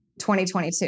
2022